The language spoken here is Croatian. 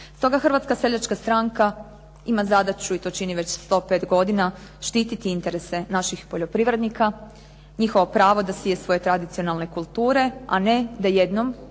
Stoga Hrvatska seljačka stranka ima zadaću i to čini već 105 godina, štititi interese naših poljoprivrednika, njihovo pravo da sije svoje tradicionalne kulture, a ne da jednom